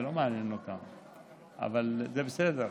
זה לא מעניין אותם, אבל זה בסדר.